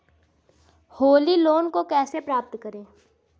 Holi loan को कैसे प्राप्त करें?